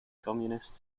communist